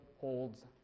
holds